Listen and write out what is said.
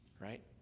right